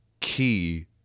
key